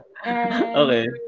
Okay